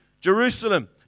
Jerusalem